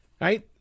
right